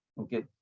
Okay